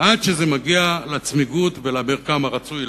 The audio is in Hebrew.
עד שזה מגיע לצמיגות ולמרקם הרצוי,